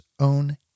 own